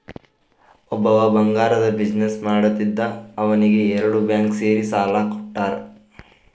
ಒಬ್ಬವ್ ಬಂಗಾರ್ದು ಬಿಸಿನ್ನೆಸ್ ಮಾಡ್ತಿದ್ದ ಅವ್ನಿಗ ಎರಡು ಬ್ಯಾಂಕ್ ಸೇರಿ ಸಾಲಾ ಕೊಟ್ಟಾರ್